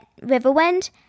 Riverwind